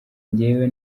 njyewe